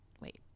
wait